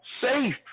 safe